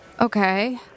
Okay